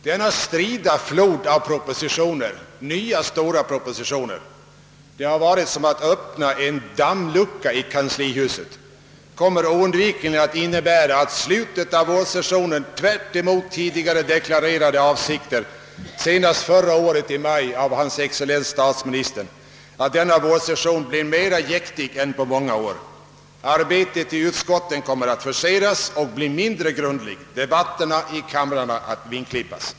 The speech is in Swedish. Denna strida flod av nya, stora propositioner — det har varit som att öppna en dammlucka i kanslihuset — kommer oundvikligen att innebära att slutet av vårsessionen tvärtemot tidigare deklarerade avsikter — senast förra året i maj av hans excellens statsministern — blir mera jäktigt än på många år. Arbetet i utskotten kommer att forceras och bli mindre grundligt, debatterna i kamrarna att vingklippas.